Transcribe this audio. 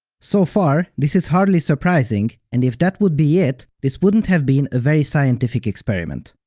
so far, this is hardly surprising, and if that would be it, this wouldn't have been a very scientific experiment.